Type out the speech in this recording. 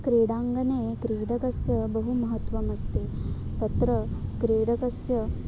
क्रीडाङ्गणे क्रीडकस्य बहु महत्वमस्ति तत्र क्रीडकस्य